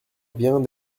vient